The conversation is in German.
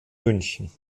münchen